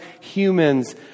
humans